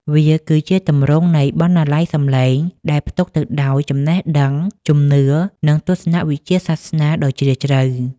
វាគឺជាទម្រង់នៃ បណ្ណាល័យសម្លេង ដែលផ្ទុកទៅដោយចំណេះដឹង ជំនឿ និងទស្សនវិជ្ជាសាសនាដ៏ជ្រាលជ្រៅ។